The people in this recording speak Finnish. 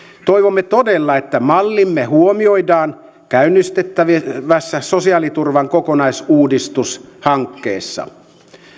toivomme todella että mallimme huomioidaan käynnistettävässä sosiaaliturvan kokonaisuudistushankkeessa